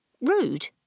rude